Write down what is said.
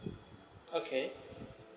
okay